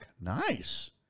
Nice